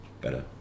better